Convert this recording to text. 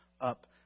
up